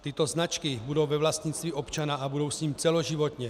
Tyto značky budou ve vlastnictví občana a budou s ním celoživotně.